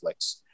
Netflix